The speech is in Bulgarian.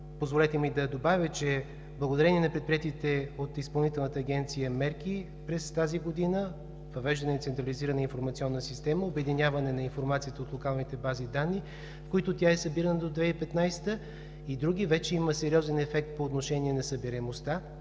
позволете ми само да добавя, че благодарение на предприетите от Изпълнителната агенция „Главна инспекция по труда“ мерки през тази година – въвеждане и централизиране на информационна система, обединяване на информацията от локалните бази данни, в които тя е събирана до 2015 г., и други, вече има сериозен ефект по отношение на събираемостта.